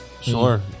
Sure